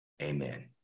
Amen